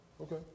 okay